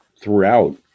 throughout